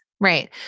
Right